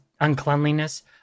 uncleanliness